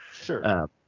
Sure